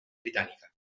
britànica